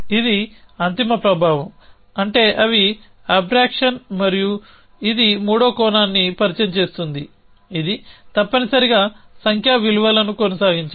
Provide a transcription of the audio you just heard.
ఇది అంతిమ ప్రభావం అంటే అవి అబ్రేక్షన్ మరియు ఇది మూడవ కోణాన్ని పరిచయం చేస్తుంది ఇది తప్పనిసరిగా సంఖ్యా విలువలను కొనసాగించడం